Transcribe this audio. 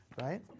right